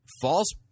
false